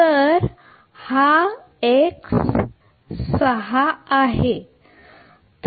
तर आता हे होईल